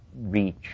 reach